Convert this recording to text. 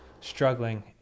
struggling